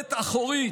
ל'דלת אחורית'